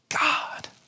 God